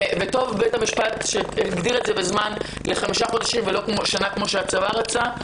טוב שבית המשפט הגביל את זה בזמן לחמישה חודשים ולא לשנה כפי שהצבא רצה.